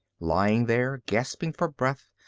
lying there, gasping for breath,